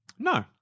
No